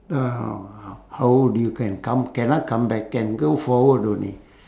uh h~ how old you can come cannot come back can go forward only